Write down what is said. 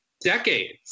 decades